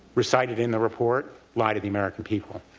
recite it in the report, lie to the american people?